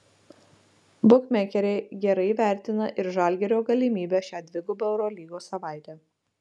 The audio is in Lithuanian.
bukmekeriai gerai vertina ir žalgirio galimybes šią dvigubą eurolygos savaitę